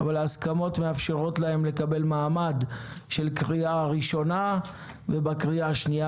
אבל ההסכמות מאפשרות להם לקבל מעמד של קריאה ראשונה ובקריאה השנייה